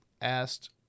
asked